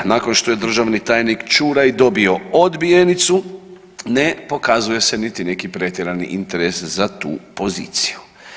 Nakon što je državni tajnik Ćuraj dobio odbijenicu ne pokazuje se niti neki pretjerani interes za tu poziciju.